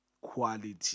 quality